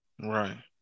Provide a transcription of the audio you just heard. Right